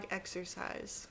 exercise